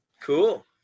Cool